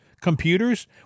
computers